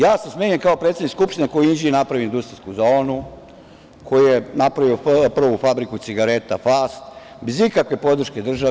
Ja sam smenjen kao predsednik Skupštine koji je u Inđiji napravio industrijsku zonu, koji je napravio prvu fabriku cigareta „Fast“, bez ikakve podrške države.